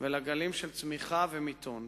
ולגלים של צמיחה ומיתון,